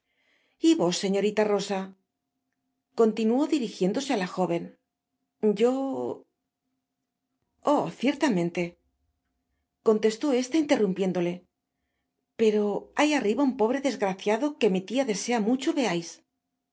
vos señorita rosa continuó dirijiéndose á la jo ven yo oh ciertamente i contestó esta interrumpiéndole pero hay arriba un pobre desgraciado que mi tia desea mucho veais